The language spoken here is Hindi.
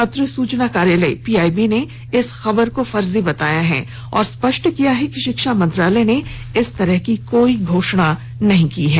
पत्र सूचना कार्यालय पीआईबी ने इस खबर को फर्जी बताया है और स्पष्ट किया गया कि शिक्षा मंत्रालय ने इस तरह की कोई घोषणा नहीं की है